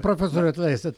profesoriau atleisit